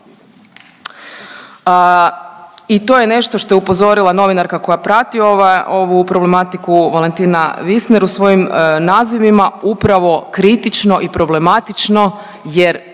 i to je nešto što je upozorila novinarka koja prati ova, ovu problematiku Valentina Wiesner u svojim nazivima upravo kritično i problematično jer